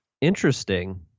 Interesting